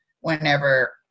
whenever